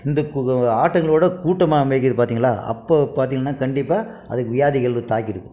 இந்த ஆட்டுக்களோடய கூட்டமாக மேய்க்கிது பார்த்திங்களா அப்போ பார்த்திங்கள்னா கண்டிப்பாக அதுக்கு வியாதிகள் தாக்கிடுது